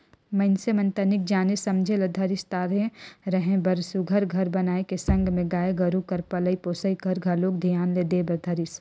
मइनसे मन तनिक जाने समझे ल धरिस ताहले रहें बर सुग्घर घर बनाए के संग में गाय गोरु कर पलई पोसई में घलोक धियान दे बर धरिस